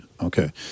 Okay